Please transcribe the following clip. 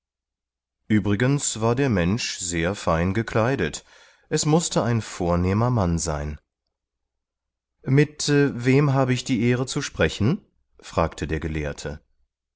übrigens war der mensch sehr fein gekleidet es mußte ein vornehmer mann sein mit wem habe ich die ehre zu sprechen fragte der gelehrte